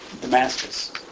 Damascus